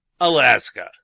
Alaska